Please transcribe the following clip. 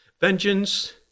vengeance